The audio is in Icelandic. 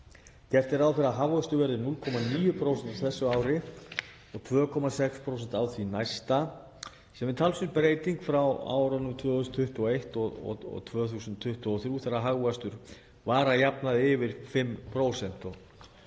Gert er ráð fyrir að hagvöxtur verði 0,9% á þessu ári og 2,6% á því næsta, sem er talsverð breyting frá árunum 2021 og 2023 þegar hagvöxtur var að jafnaði yfir 5%.